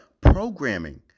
programming